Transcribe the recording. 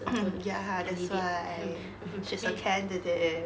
err hmm ya ha that's why she's a candidate